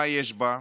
מה יש בה?